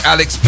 Alex